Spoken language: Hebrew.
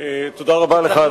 אדוני היושב-ראש, תודה רבה לך.